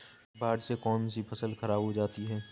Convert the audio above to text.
बाढ़ से कौन कौन सी फसल खराब हो जाती है?